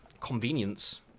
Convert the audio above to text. convenience